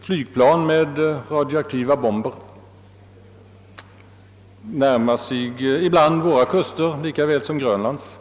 flygplan med radioaktiva bomber ibland närmar sig våra gränser lika väl som Grönlands.